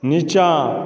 नीचाँ